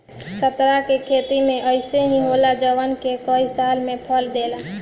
संतरा के खेती भी अइसे ही होला जवन के कई साल से फल देला